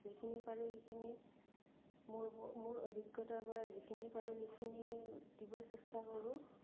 যিখিনি পাৰোঁ সেইখিনি মোৰ মোৰ অভিজ্ঞতাৰপৰা যিখিনি পাৰোঁ সেইখিনি দিব চেষ্টা কৰোঁ